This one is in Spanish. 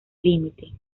límite